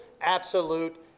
absolute